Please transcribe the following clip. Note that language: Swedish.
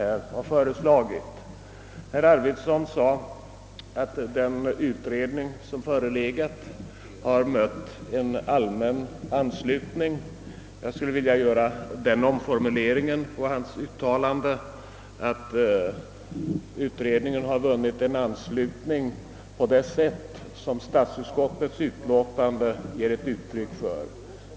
Herr Arvidson sade att den utredning som förelegat har mött allmän anslutning. Jag skulle vilja göra den omformuleringen av hans uttalande, att utredningen har vunnit en anslutning på det sätt som statsutskottets utlåtande ger uttryck för.